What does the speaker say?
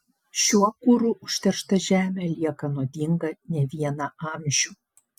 šiuo kuru užteršta žemė lieka nuodinga ne vieną amžių